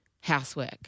housework